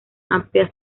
amplia